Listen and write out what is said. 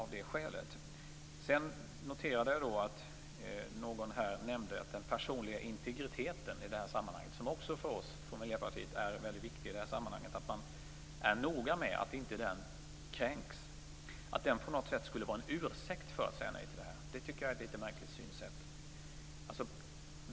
Jag noterade att någon nämnde den personliga integriteten. Den är för oss i Miljöpartiet väldigt viktig i det här sammanhanget. Det är viktigt att man är noga med att den inte kränks. Att den skulle vara en ursäkt för att säga nej till det här förslaget tycker jag är ett litet märkligt synsätt.